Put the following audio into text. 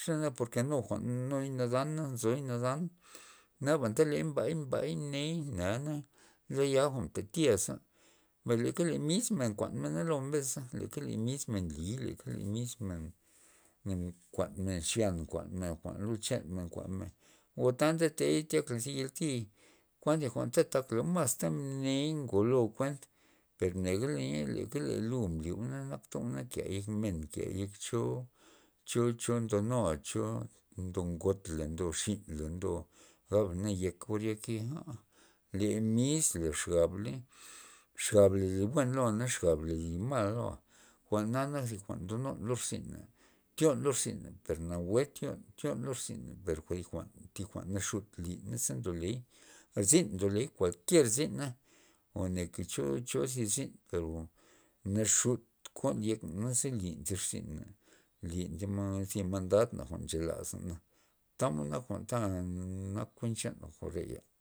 xanak por ke nu jwa'n nuy nadana nzoy nadan naba len mbay mbay mney nea na laya jwa'n mta tyaza mbay le mis men kuan mena lomen leka le mismen nliy leka le mismen nkuanmen xyanmen nkuanmen jwa'n chanmen o tya ndetey zi yalti kuan thi jwa'n ndi takla masta mney ngolo kuent pernega ley ley lu mbli jwa'na nakta jwa' ke yek men nke yek cho cho- cho ndonua cho ndo ngotla ndo xinla ndo galna yek or key aka le misla xabla le xabla li buen loa xabla li mal loa' jwa'na nak thi jwa'n lo irzyna tyon lo rzyna per nawue tyon per lo rzyna thi thi jwa'n lud lin za a zin ndoliy kualkier zina kone cho cho zi zin per naxut kon yekna naze lyn thi rzyna lin zi ma- mandan na jwa'n nche lazna tamod nak jwa'n ta nak jwa'n chan jwa'reya.